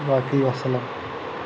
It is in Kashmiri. باقٕے وَسَلام